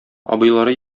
абыйлары